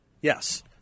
Yes